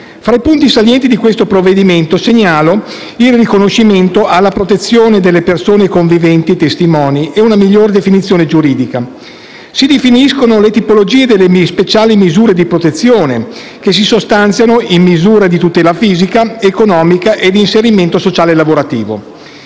Tra i punti salienti di questo disegno di legge segnalo il riconoscimento della protezione delle persone conviventi ai testimoni e una migliore definizione giuridica. Si definiscono le tipologie delle speciali misure di protezione, che si sostanziano in misure di tutela fisica, economica e di inserimento sociale e lavorativo.